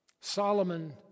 Solomon